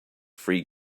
free